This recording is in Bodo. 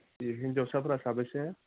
हिनजावसाफोरा साबेसे